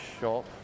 shop